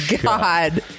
God